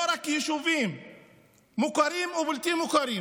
לא רק יישובים מוכרים או בלתי מוכרים